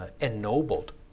ennobled